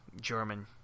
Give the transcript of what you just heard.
german